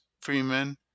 Freeman